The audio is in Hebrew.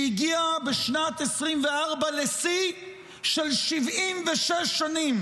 שהגיעה בשנת 2024 לשיא של 76 שנים?